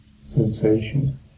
sensation